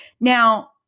Now